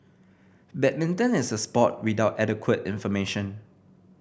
badminton is a sport without adequate information